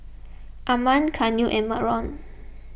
Armand Carnell and Marion